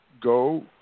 go